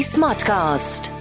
SmartCast